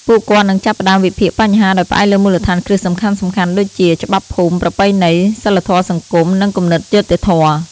ពួកគាត់នឹងចាប់ផ្តើមវិភាគបញ្ហាដោយផ្អែកលើមូលដ្ឋានគ្រឹះសំខាន់ៗដូចជា ច្បាប់ភូមិ ប្រពៃណី សីលធម៌សង្គម និងគំនិតយុត្តិធម៌។